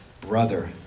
brother